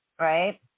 right